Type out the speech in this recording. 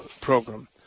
program